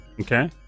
okay